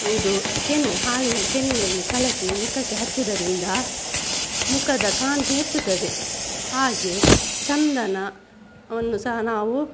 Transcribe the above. ಇದು ಕೆನೆ ಹಾಲಿನ ಕೆನೆಯಲ್ಲಿ ಕಲಸಿ ಮುಖಕ್ಕೆ ಹಚ್ಚುದರಿಂದ ಮುಖದ ಕಾಂತಿ ಹೆಚ್ಚುತ್ತದೆ ಹಾಗೆ ಚಂದನವನ್ನು ಸಹ ನಾವು